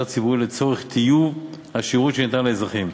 הציבורי לצורך טיוב השירות שניתן לאזרחים.